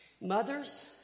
Mothers